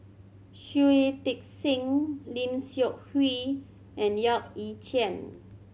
Shui Tit Sing Lim Seok Hui and Yap Ee Chian